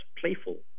playful